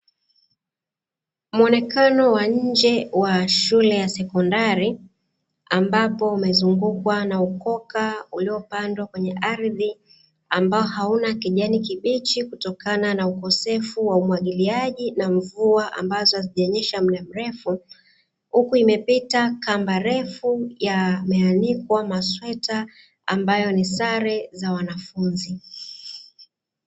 Mwonekano wa nje wa shule ya sekondari, ambapo umezungukwa na ukoka uliopandwa kwenye ardhi ambao hauna kijani kibichi kutokana na ukosefu wa umwagiliaji na mvua ambazo hazijanyesha muda mrefu, huku imepita kamba refu yameanikwa masweta ambayo ni sare za wanafunzi.